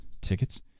Tickets